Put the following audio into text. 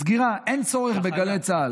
סגירה, אין צורך בגלי צה"ל.